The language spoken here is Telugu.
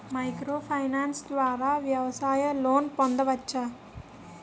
మైక్రో ఫైనాన్స్ ద్వారా వ్యవసాయ లోన్ పొందవచ్చా?